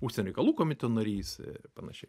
užsienio reikalų komiteto narys ir panašiai